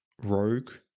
rogue